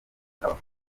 abakozi